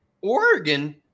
Oregon